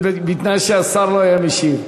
זה בתנאי שהשר לא היה משיב.